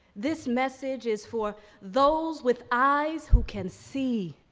this message is for those with eyes who can see.